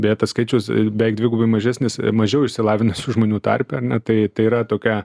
beje tas skaičius beveik dvigubai mažesnis mažiau išsilavinusių žmonių tarpe ar ne tai tai yra tokia